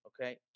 okay